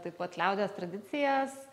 taip pat liaudies tradicijas